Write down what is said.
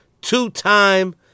two-time